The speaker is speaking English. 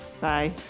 Bye